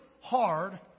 hard